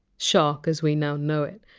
shark! as we now know it.